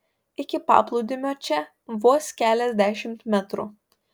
iki paplūdimio čia vos keliasdešimt metrų